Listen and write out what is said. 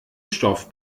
stoff